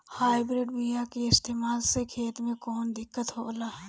Hybrid बीया के इस्तेमाल से खेत में कौन दिकत होलाऽ?